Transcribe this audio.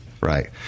right